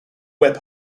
web